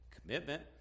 Commitment